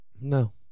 No